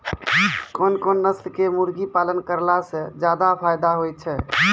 कोन कोन नस्ल के मुर्गी पालन करला से ज्यादा फायदा होय छै?